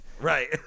Right